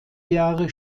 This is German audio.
jahre